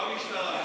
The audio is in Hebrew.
לא המשטרה.